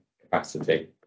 capacity